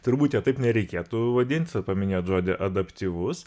turbūt jo taip nereikėtų vadint paminėjot žodį adaptyvus